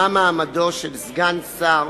מה מעמדו של סגן שר